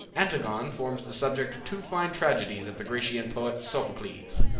antigone forms the subject of two fine tragedies of the grecian poet sophocles.